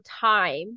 time